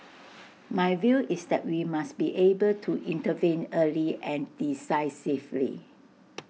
my view is that we must be able to intervene early and decisively